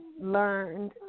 learned